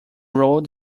road